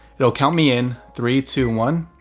it'll count me in three, two, one.